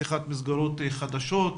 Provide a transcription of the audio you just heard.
פתיחת מסגרות חדשות,